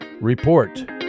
Report